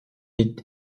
est